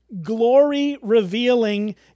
glory-revealing